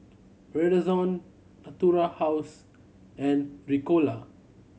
Redoxon Natura House and Ricola